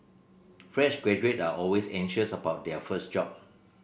fresh graduate are always anxious about their first job